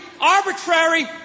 arbitrary